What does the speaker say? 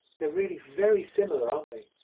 they're really very similar aren't they?